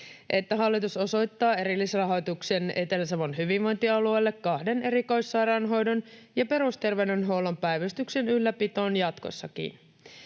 että hallitus osoittaa erillisrahoituksen Etelä-Savon hyvinvointialueelle kahden erikoissairaanhoidon ja perusterveydenhuollon päivystyksen ylläpitoon jatkossakin